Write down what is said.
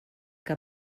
que